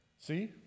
See